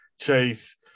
chase